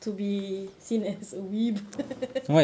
to be seen as a weeb